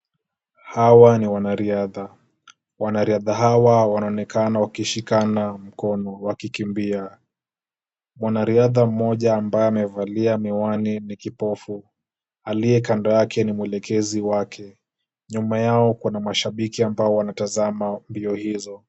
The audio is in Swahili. Hawa ni wanariadha. Wanariadha hawa wanaonekana wakishikana mikono wakikimbia. Mwanariadha mmoja ambaye amevalia miwani ni kipofu, Aliye kando yake ni mwelekezi wake, Nyuma yao kuna mashabiki ambao wanatazama mbio hizo.